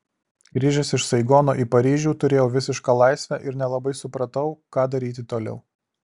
grįžęs iš saigono į paryžių turėjau visišką laisvę ir nelabai supratau ką daryti toliau